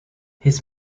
his